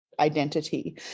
identity